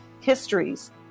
histories